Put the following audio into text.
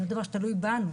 זה דבר שתלוי בנו,